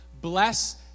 Bless